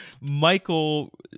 Michael